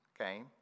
okay